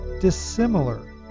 dissimilar